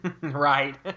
Right